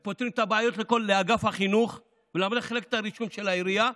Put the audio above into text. הם פותרים את הבעיות לאגף החינוך ולמחלקת הרישום של העירייה.